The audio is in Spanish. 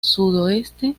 sudoeste